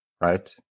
right